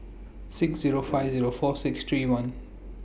six Zero five Zero four six three one